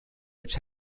which